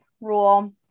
rule